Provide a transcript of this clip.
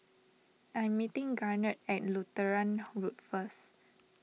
I'm meeting Garnet at Lutheran Road first